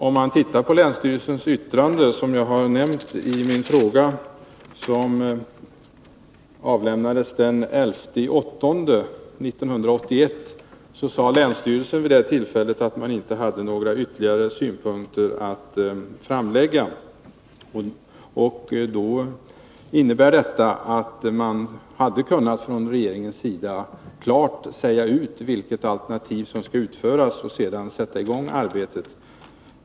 Om man tittar på länsstyrelsens yttrande, som avlämnades den 11 augusti 1981, vilket jag nämnt i min fråga, så finner man att länsstyrelsen vid det tillfället sade att man inte hade några ytterligare synpunkter att framlägga. Det innebär att man från regeringens sida klart hade kunnat säga vilket alternativ som skulle utföras och sedan sätta i gång arbetet.